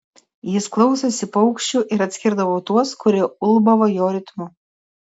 jis klausėsi paukščių ir atskirdavo tuos kurie ulbavo jo ritmu